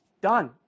done